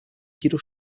quiero